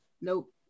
Nope